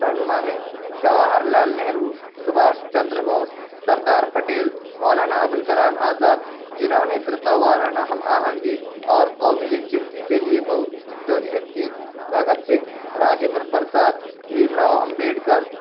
رہنما ہے جواہر لال نہرو سبھاش چندر بوس سردار پٹیل مولانا ابو الکلام آزاد جنہوں نے فرقہ وارانہ ہم آہنگی اور قومی یکجہتی کے لیے بہت جد و جہد کی بھگت سنگھ راجندر پرساد بھیم راؤ امبیڈکر